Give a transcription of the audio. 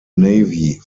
navy